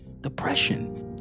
depression